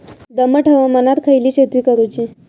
दमट हवामानात खयली शेती करूची?